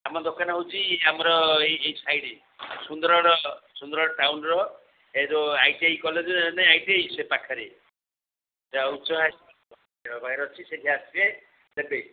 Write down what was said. ଆମ ଦୋକାନ ହେଉଛି ଆମର ଏଇ ଏଇ ସାଇଡ଼ରେ ସୁନ୍ଦରଗଡ଼ ସୁନ୍ଦରଗଡ଼ ଟାଉନ୍ର ଏ ଯୋଉ ଆଇ ଟି ଆଇ କଲେଜ ନାଇ ଆଇ ଟି ଆଇ ସେ ପାଖରେ ସେଠି ଆସିବେ ନେବେ